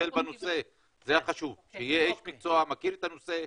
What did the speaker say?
חשוב שיהיה איש מקצוע שמכיר את הנושא,